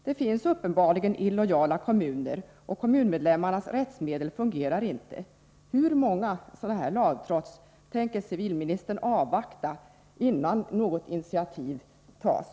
Det finns uppenbarligen illojala kommuner, och kommunmedlemmarnas rättsmedel fungerar inte. Hur många sådana här lagtrots tänker civilministern avvakta, innan något initiativ tas?